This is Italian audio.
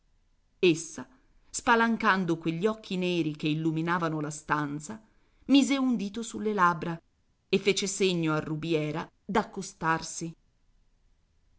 essa spalancando quegli occhi neri che illuminavano la stanza mise un dito sulle labbra e fece segno a rubiera d'accostarsi